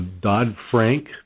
Dodd-Frank